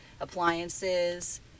appliances